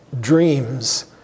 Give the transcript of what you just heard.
dreams